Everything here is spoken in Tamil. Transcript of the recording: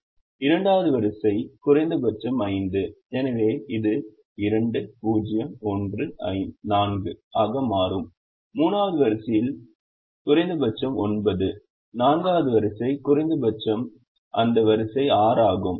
2 வது வரிசை வரிசை குறைந்தபட்சம் 5 எனவே இது 2 0 1 4 ஆக மாறும் 3 வது வரிசையில் வரிசை குறைந்தபட்சம் 9 4 வது வரிசை குறைந்தபட்சம் அந்த வரிசை 6 ஆகும்